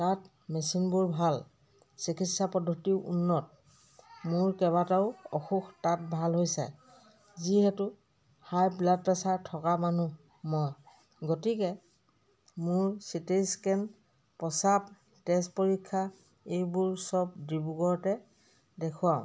তাত মেচিনবোৰ ভাল চিকিৎসা পদ্ধতিও উন্নত মোৰ কেবাটাও অসুখ তাত ভাল হৈছে যিহেতু হাই ব্লাড প্ৰেছাৰ থকা মানুহ মই গতিকে মোৰ চিটি স্কেন প্ৰস্ৰাৱ তেজ পৰীক্ষা এইবোৰ চব ডিব্ৰুগড়তে দেখুৱাওঁ